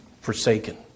forsaken